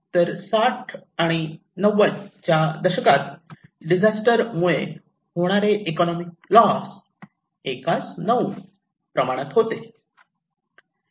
तर 60 आणि 90 च्या दशकात डिजास्टर मुळे होणारे इकॉनोमिक लॉस 1 9 प्रमाणात होते